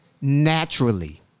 naturally